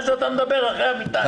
אז אתה מדבר אחרי אמיתי,